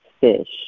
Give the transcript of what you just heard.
fish